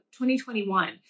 2021